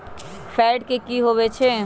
Fat की होवछै?